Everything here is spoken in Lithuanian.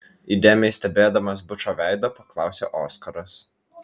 įdėmiai stebėdamas bučo veidą paklausė oskaras